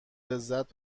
لذت